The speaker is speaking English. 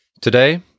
Today